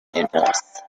angeles